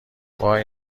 وای